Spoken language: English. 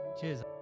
Cheers